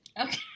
okay